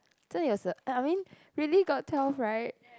so it was a I I mean really got twelve right